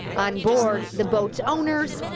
on board, the boat's owners,